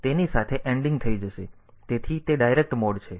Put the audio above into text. તેથી તેની સાથે anding થઈ જશે તેથી તે ડાયરેક્ટ મોડ છે